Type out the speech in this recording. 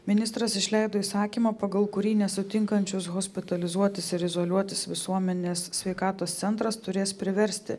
ministras išleido įsakymą pagal kurį nesutinkančius hospitalizuotis ir izoliuotis visuomenės sveikatos centras turės priversti